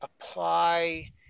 apply